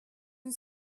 une